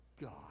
God